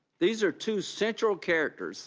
these are two central characters